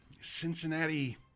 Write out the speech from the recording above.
Cincinnati